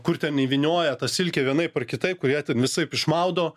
kur ten įvynioja tą silkę vienaip ar kitaip kur ją ten visaip išmaudo